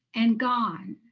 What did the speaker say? and gone.